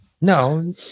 No